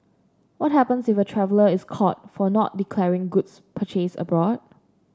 what happens if a traveller is caught for not declaring goods purchased abroad